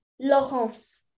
Laurence